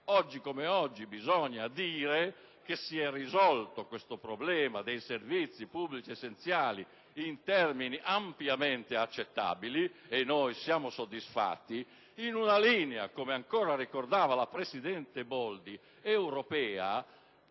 Oggi come oggi bisogna dire che si è risolto questo problema dei servizi pubblici essenziali in termini ampiamente accettabili, e di questo siamo soddisfatti, in una linea europea, (come ancora ricordava la presidente Boldi)